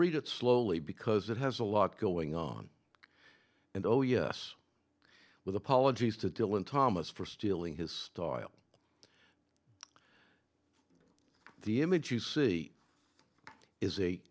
read it slowly because it has a lot going on and oh yes with apologies to dylan thomas for stealing his style the image you see is a